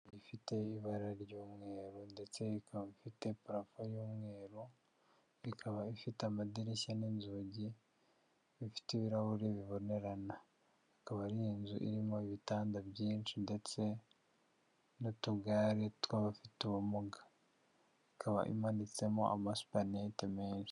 Ifite ibara ry'umweru ndetse ikaba ifite parafo y'umweru, ikaba ifite amadirishya n'inzugi bifite ibirahuri bibonerana, ikaba ari inzu irimo ibitanda byinshi ndetse n'utugare tw'abafite ubumuga, ikaba imanitsemo amasupanete menshi.